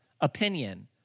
opinion